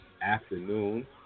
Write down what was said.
afternoon